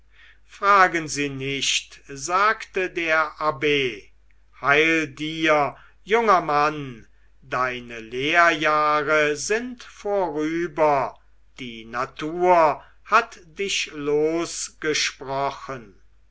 fragen sie nicht sagte der abb heil dir junger mann deine lehrjahre sind vorüber die natur hat dich losgesprochen